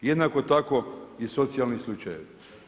Jednako tako i socijalni slučajevi.